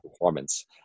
performance